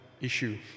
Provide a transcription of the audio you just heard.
issue